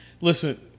Listen